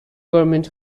government